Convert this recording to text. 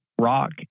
rock